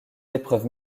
épreuves